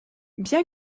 bien